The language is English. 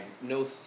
no